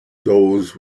those